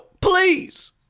please